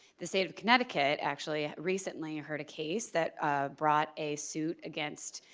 the state of connecticut actually recently heard a case that brought a suit against